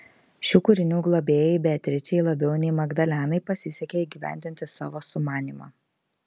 šių kūrinių globėjai beatričei labiau nei magdalenai pasisekė įgyvendinti savo sumanymą